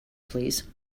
please